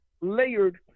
Layered